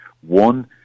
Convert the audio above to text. One